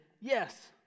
yes